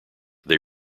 they